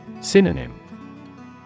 Synonym